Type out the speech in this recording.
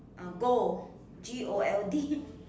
uh gold g o l d